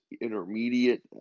intermediate